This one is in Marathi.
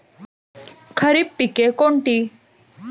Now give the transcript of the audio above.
खरीप पिके कोणती?